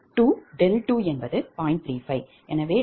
35 எனவே d10